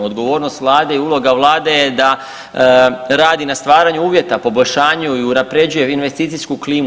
Odgovornost vlade i uloga vlade je da radi na stvaranju uvjeta, poboljšanju i unapređuje investicijsku klimu.